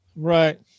Right